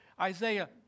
Isaiah